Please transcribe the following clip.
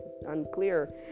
Unclear